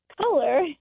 color